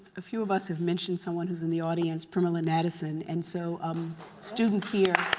a few of us have mentioned someone who's in the audience, premilla nadasen, and so um students here,